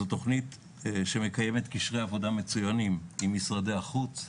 זו תוכנית שמקיימת קשרי עבודה מצוינים עם משרדי החוץ,